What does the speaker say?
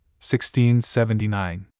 1679